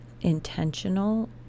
intentional